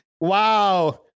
Wow